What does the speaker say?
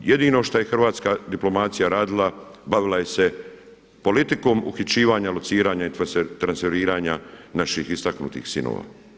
Jedino što je hrvatska diplomacija radila bavila se politikom uhićivanja, lociranja i transferiranja naših istaknutih sinova.